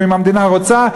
ואם המדינה רוצה,